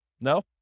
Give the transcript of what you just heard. No